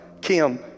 Kim